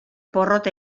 porrot